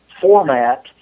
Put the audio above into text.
format